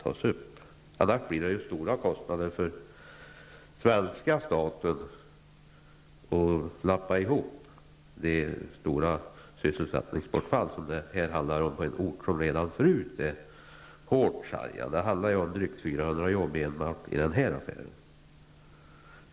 Annars blir det stora kostnader för den svenska staten för att kompensera det stora sysselsättningsbortfall som det handlar om, på en ort som redan förut är hårt sargad. Det handlar om drygt 400 jobb enbart i samband med den här affären.